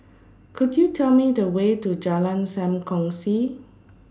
Could YOU Tell Me The Way to Jalan SAM Kongsi